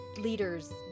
leaders